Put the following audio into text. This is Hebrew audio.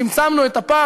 צמצמנו את הפער.